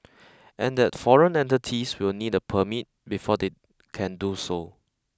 and that foreign entities will need a permit before they can do so